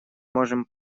можем